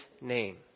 name